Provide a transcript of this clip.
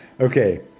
Okay